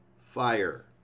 fire